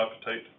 appetite